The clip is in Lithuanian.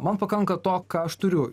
man pakanka to ką aš turiu